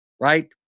right